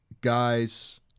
guys